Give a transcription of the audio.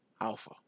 alpha